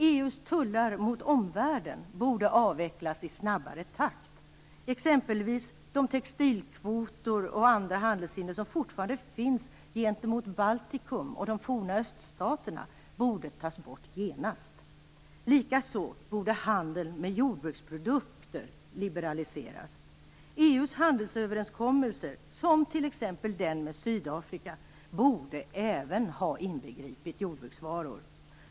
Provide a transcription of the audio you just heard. EU:s tullar mot omvärlden borde avvecklas i snabbare takt. Exempelvis borde de textilkvoter och andra handelshinder som fortfarande finns gentemot Baltikum och de forna öststaterna tas bort genast. Likaså borde handeln med jordbruksprodukter liberaliseras. EU:s handelsöverenskommelser, som t.ex. den med Sydafrika, borde även ha inbegripit jordbruksvaror.